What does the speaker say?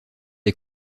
est